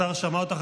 השר שמע אותך,